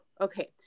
okay